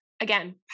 again